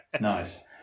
Nice